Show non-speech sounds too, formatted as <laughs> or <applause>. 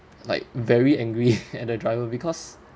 like very angry <laughs> at the driver because